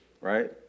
right